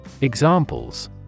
Examples